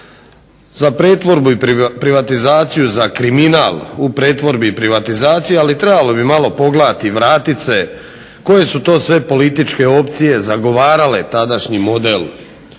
Za pretvorbu i privatizaciju, za kriminal u pretvorbi i privatizaciji ali trebalo bi malo pogledati i vratit se koje su to sve političke opcije zagovarale tadašnji model